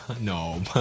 No